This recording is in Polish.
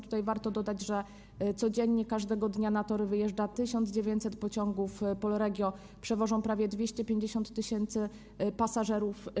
Tutaj warto dodać, że codziennie, każdego dnia na tory wyjeżdża 1900 pociągów Polregio, które przewożą prawie 250 tys. pasażerów.